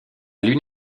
lune